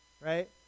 Right